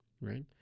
right